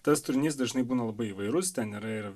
tas turinys dažnai būna labai įvairus ten yra ir